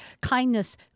kindness